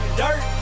dirt